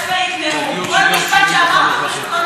כל משפט שאמרת פשוט לא נכון.